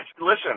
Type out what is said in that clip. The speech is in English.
Listen